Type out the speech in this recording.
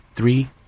Three